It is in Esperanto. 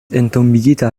entombigita